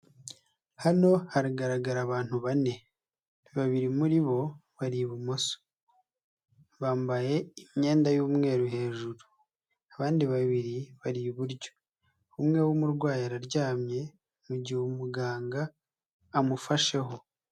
Hano haragaragara abantu bane, babiri muri bo bari ibumoso bambaye imyenda y'umweru hejuru abandi babiri bari iburyo umwe w'umurwayi araryamye mugihe umuganga amufasheho.